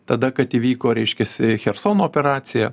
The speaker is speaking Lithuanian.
tada kad įvyko reiškiasi chersono operacija